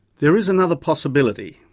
there is another possibility.